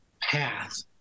path